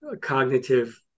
cognitive